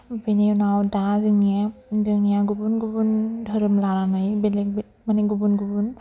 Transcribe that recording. बेनि उनाव दा जोंनि जोंनिया गुबुन गुबुन धोरोम लानानै बेलेग माने गुबुन गुबुन